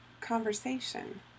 conversation